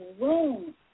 room